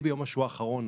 ביום השואה האחרון,